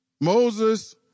Moses